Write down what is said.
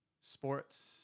sports